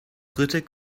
dritte